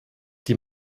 die